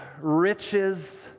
riches